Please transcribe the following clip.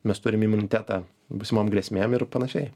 mes turim imunitetą būsimom grėsmėm ir panašiai